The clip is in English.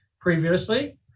Previously